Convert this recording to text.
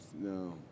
No